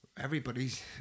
Everybody's